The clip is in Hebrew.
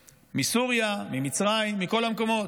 מסוריה, ממצרים, מכל המקומות.